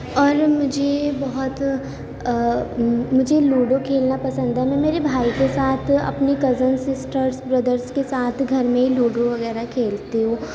اور مجھے بہت مجھے لوڈو کھیلنا پسند ہے میں میرے بھائی کے ساتھ اپنی کزن سسٹرس بردرس کے ساتھ گھر میں لوڈو وغیرہ کھیلتی ہوں